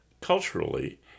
culturally